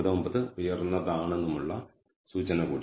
99 ഉയർന്നതാണെന്നുമുള്ള സൂചന കൂടിയാണ്